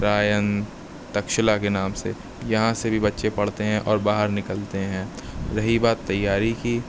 Ryan Taxila کے نام سے یہاں سے بھی بچے پڑھتے ہیں اور باہر نکلتے ہیں رہی بات تیاری کی